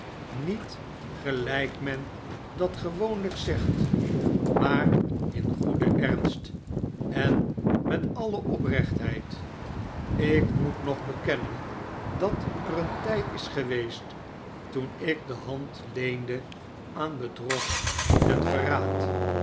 niet gelijk men dat gewoonlijk zegt maar in goeden ernst en met alle oprechtheid ik moet nog bekennen dat er een tijd is geweest toen ik de hand leende aan bedrog en verraad